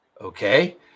Okay